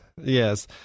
Yes